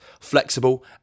flexible